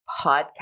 podcast